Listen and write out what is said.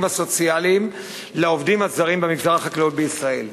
הסוציאליים לעובדים הזרים במגזר החקלאות בישראל.